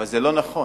אבל זה לא נכון.